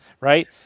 right